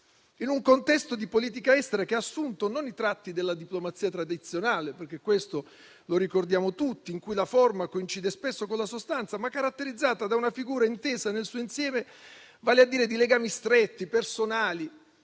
in un contesto di politica estera che ha assunto, non i tratti della diplomazia tradizionale - lo ricordiamo tutti - in cui la forma coincide spesso con la sostanza, ma caratterizzata da una figura intesa nel suo insieme di legami stretti e personali.